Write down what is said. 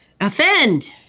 Offend